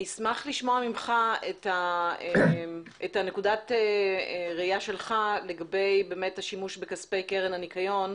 אשמח לשמוע ממך את נקודת הראייה שלך לגבי השימוש בכספי קרן הניקיון,